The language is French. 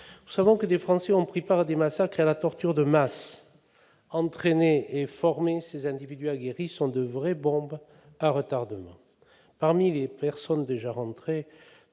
Nous savons que des Français ont pris part à des massacres et pratiqué la torture de masse. Entraînés et formés, ces individus aguerris sont des vraies bombes à retardement. Parmi les personnes déjà rentrées,